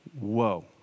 Whoa